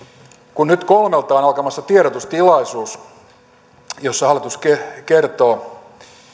kun nyt kolmelta on alkamassa tiedotustilaisuus jossa hallitus kertoo